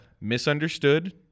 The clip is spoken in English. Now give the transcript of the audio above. misunderstood